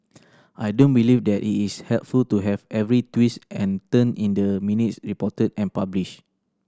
I don't believe that it is helpful to have every twist and turn in the minutes reported and published